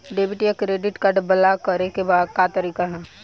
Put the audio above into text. Debit या credit card block करे के का तरीका ह?